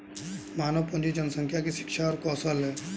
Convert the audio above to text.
मानव पूंजी जनसंख्या की शिक्षा और कौशल है